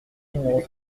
numéros